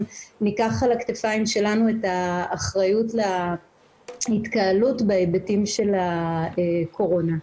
ניקח על הכתפיים שלנו את האחריות להתקהלות בהיבטים של הקורונה.